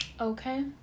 Okay